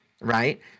right